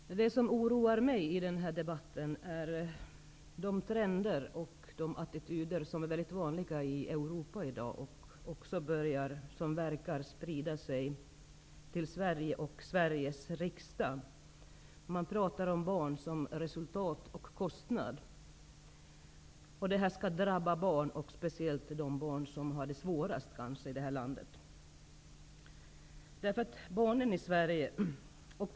Fru talman! Det som oroar mig i den här debatten är de trender och attityder som är vanliga i Europa i dag och som också verkar sprida sig till Sverige och den svenska riksdagen. Man talar om barn som resultat och som kostnad, och detta drabbar barn och speciellt de barn som kanske har det svårast i vårt land.